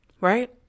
right